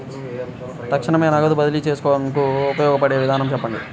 తక్షణమే నగదు బదిలీ చేసుకునేందుకు ఉపయోగపడే విధానము చెప్పండి?